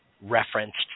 referenced